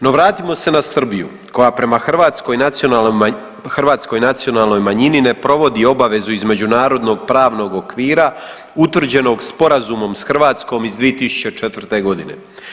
No vratimo se na Srbiju koja prema hrvatskoj nacionalnoj manjini ne provodi obavezu iz međunarodnog pravnog okvira utvrđenog Sporazumom s Hrvatskom iz 2004. godine.